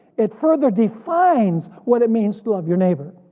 it further defines what it means to love your neighbor.